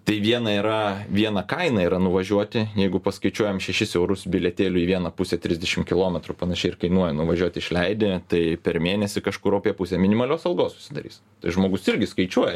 tai viena yra viena kaina yra nuvažiuoti jeigu paskaičiuojam šešis eurus bilietėliui į vieną pusę trisdešim kilometrų panašiai ir kainuoja nuvažiuot išleidi tai per mėnesį kažkur opie pusę minimalios algos susidarys žmogus irgi skaičiuoja